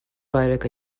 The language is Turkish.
bayrak